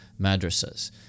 madrasas